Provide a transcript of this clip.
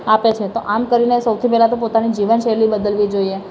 આપે છે તો આમ કરીને સૌથી પહેલાં તો પોતાની જીવનશૈલી બદલવી જોઈએ